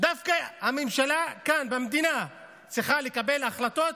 דווקא הממשלה כאן, במדינה, צריכה לקבל החלטות